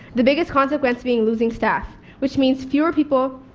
the biggest consequence being losing staff. which means fewer people